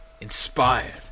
inspired